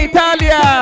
Italia